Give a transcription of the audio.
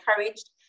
encouraged